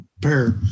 pair